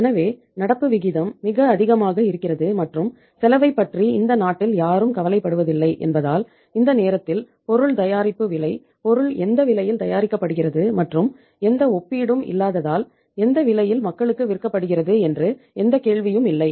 எனவே நடப்பு விகிதம் மிக அதிகமாக இருக்கிறது மற்றும் செலவைப் பற்றி இந்த நாட்டில் யாரும் கவலைப்படுவதில்லை என்பதால் இந்த நேரத்தில் பொருள் தயாரிப்பு விலை பொருள் எந்த விலையில் தயாரிக்கப்படுகிறது மற்றும் எந்த ஒப்பீடும் இல்லாததால் எந்த விலையில் மக்களுக்கு விற்கப்படுகிறது என்று எந்த கேள்வியும் இல்லை